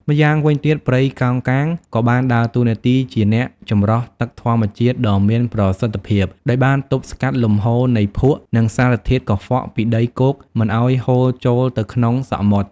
ម្យ៉ាងវិញទៀត ព្រៃកោងកាងក៏បានដើរតួនាទីជាអ្នកចម្រោះទឹកធម្មជាតិដ៏មានប្រសិទ្ធភាព ដោយបានទប់ស្កាត់លំហូរនៃភក់ និងសារធាតុកខ្វក់ពីដីគោកមិនឲ្យហូរចូលទៅក្នុងសមុទ្រ។